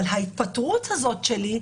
אבל ההתפטרות הזאת שלי,